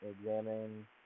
examine